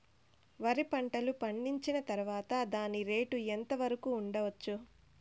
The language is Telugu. వరి పంటలు పండించిన తర్వాత దాని రేటు ఎంత వరకు ఉండచ్చు